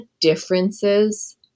differences